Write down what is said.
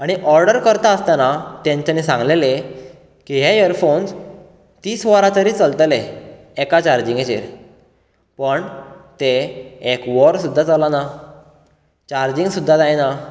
आनी ऑर्डर करता आसतना तेंच्यानी सांगलेले की हे इयरफोन्स तीस वरां तरी चलतले एका चारर्जींगेचेर पण ते एक वर सुद्दां चलना चार्जींग सुद्दां जायना